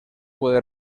puede